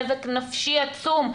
נזק נפשי עצום.